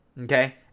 okay